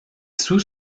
sous